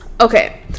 Okay